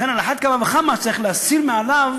לכן על אחת כמה וכמה צריך להסיר מעליו